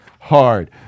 Hard